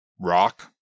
rock